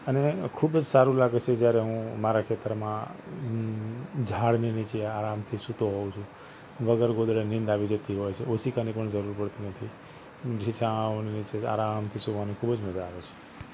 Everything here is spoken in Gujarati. અને આ ખુબ જ સારું લાગે છે જયારે હું મારા ખેતરમાં હું ઝાડની નીચે આરામથી સૂતો હોઉં છું વગર ગોદડે નીંદ આવી જતી હોય છે ઓશિકાની પણ જરૂર પડતી નથી એની છાંવ નીચે આરામથી સૂવાની ખૂબ જ મજા આવે છે